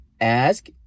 ask